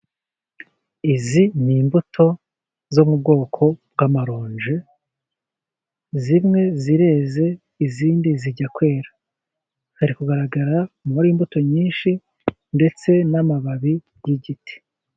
Izi ni imbuto zo mu bwoko bw'amaronji zimwe zireze izindi zijya kwera, hari kugaragara umubare w'imbuto nyinshi ndetse n'amababi y'igiti.